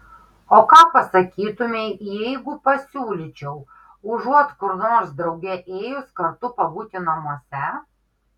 o ką pasakytumei jeigu pasiūlyčiau užuot kur nors drauge ėjus kartu pabūti namuose